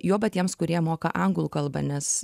juoba tiems kurie moka anglų kalbą nes